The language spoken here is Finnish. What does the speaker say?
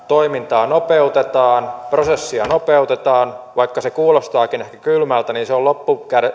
toimintaa nopeutetaan prosessia nopeutetaan vaikka se kuulostaakin ehkä kylmältä niin se on